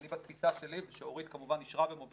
אני, בתפיסה שלי, ושאורית כמובן אישרה ומובילה,